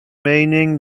mening